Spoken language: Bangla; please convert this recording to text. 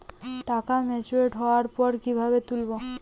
টাকা ম্যাচিওর্ড হওয়ার পর কিভাবে তুলব?